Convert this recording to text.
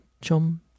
chum